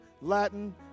Latin